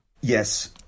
Yes